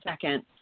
second